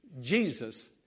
Jesus